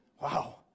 wow